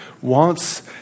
wants